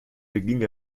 beging